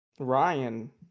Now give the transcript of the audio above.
Ryan